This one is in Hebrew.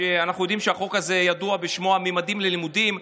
אנחנו יודעים שהחוק הזה ידוע בשמו "ממדים ללימודים"